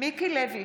מיקי לוי,